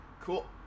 Cool